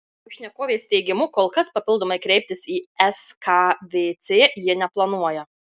pašnekovės teigimu kol kas papildomai kreiptis į skvc jie neplanuoja